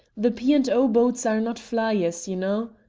the p. and o. boats are not flyers, you know.